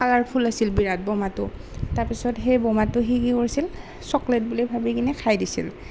colourful আছিল বিৰাট বোমাটো তাৰপিছত সেই বোমাটো সি কি কৰিছিল চকলেট বুলি ভাবি কিনে খাই দিছিল